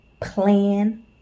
plan